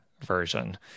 version